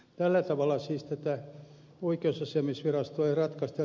tällä tavalla siis tätä oikeusasiamiesvirasto ei ratkaise